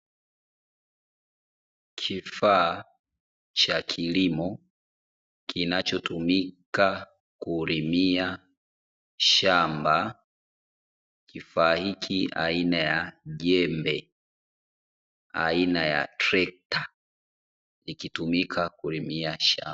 Kifaa cha kilimo kinachotumika kulimia shamba, kifaa hiki aina ya jembe, aina ya trekta likitumika kulimia shamba.